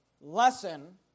lesson